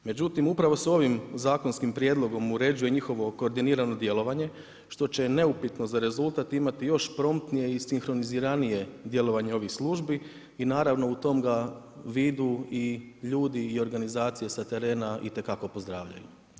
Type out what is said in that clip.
Međutim, upravo se ovim zakonskim prijedlogom uređuje njihovo koordinirano djelovanje što će neupitno za rezultat imati još promptnije i sinkroniziranije djelovanje ovih službi i naravno u tome ga vidu i ljudi i organizacije sa terena itekako pozdravljaju.